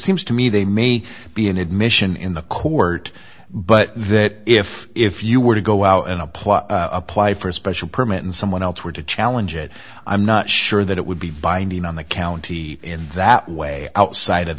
seems to me they may be an admission in the court but that if if you were to go out and apply apply for a special permit and someone else were to challenge it i'm not sure that it would be binding on the county in that way outside of